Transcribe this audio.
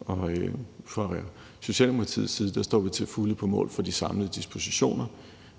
og fra Socialdemokratiets side står vi til fulde på mål for de samlede dispositioner.